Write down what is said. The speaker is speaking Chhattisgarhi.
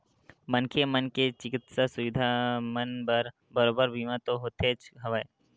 मनखे मन के चिकित्सा सुबिधा मन बर बरोबर बीमा तो होतेच हवय